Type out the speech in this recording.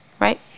right